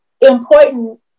important